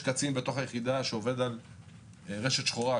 קצין שעובד על רשת שחורה,